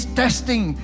testing